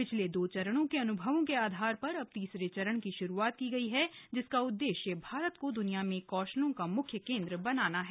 पिछले दो चरणों के अनुभवों के आधार पर अब तीसरे चरण की श्रुआत की है जिसका उद्देश्य भारत को द्निया में कौशलों का म्ख्य केंद्र बनाना है